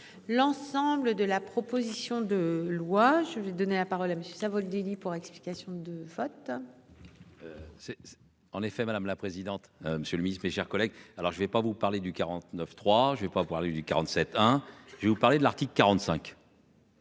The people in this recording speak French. l'ensemble de la proposition de loi. Je vais donner la parole à monsieur Savoldelli pour explication de vote. C'est en effet madame la présidente. Monsieur le Ministre, mes chers collègues. Alors je ne vais pas vous parler du 49.3 je ne vais pas parlé du 47 hein, je vais vous parler de l'Arctique. 45.